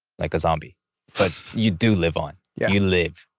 like a zombie but you do live on. you live.